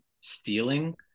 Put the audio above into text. stealing